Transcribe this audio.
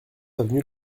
avenue